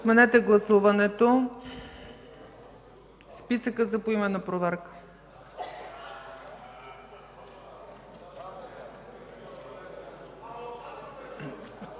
Отменете гласуването! Списъкът за поименна проверка!